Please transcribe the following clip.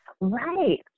Right